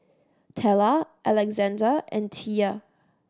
Tella Alexandr and Tia